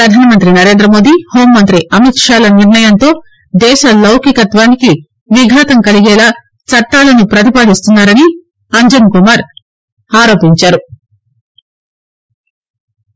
పధానమంత్రి నరేందమోదీ హెూంమంతి అమిత్షాల నిర్ణయంతో దేశ లౌకికతత్వానికి విఘాతం కలిగేలా చట్టాలను పతిపాదిస్తున్నారని అంజన్కుమార్ ఆరోపించారు